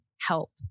help